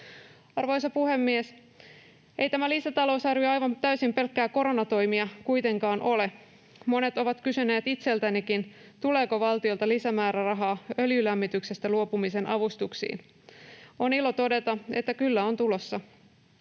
Arvoisa puhemies! Ei tämä lisätalousarvio aivan täysin pelkkiä koronatoimia kuitenkaan ole. Monet ovat kysyneet itseltänikin, tuleeko valtiolta lisämäärärahaa öljylämmityksestä luopumisen avustuksiin. On ilo todeta, että kyllä on tulossa.